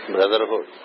Brotherhood